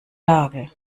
lage